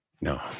no